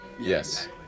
Yes